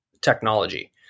technology